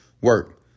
work